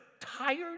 tired